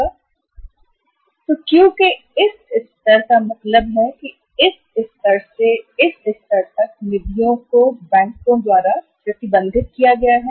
तो इसका मतलब है कि Q के इस स्तर को इस स्तर से इस स्तर तक की निधियों को बैंकों द्वारा प्रतिबंधित कहा गया है